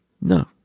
no